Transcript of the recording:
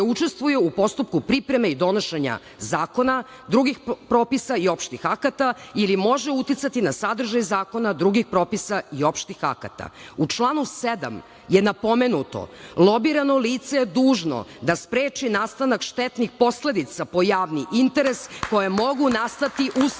učestvuje u postupku pripreme i donošenja zakona, drugih propisa i opštih akata ili može uticati na sadržaj zakona drugih propisa i opštih akata.U članu 7. je napomenuto – lobirano lice je dužno da spreči nastanak štetnih posledica po javni interes koja mogu nastati usled